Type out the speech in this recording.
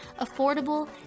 affordable